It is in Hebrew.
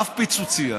אף פיצוצייה,